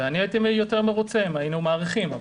אני הייתי יותר מרוצה אם היינו מאריכים,